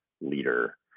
leader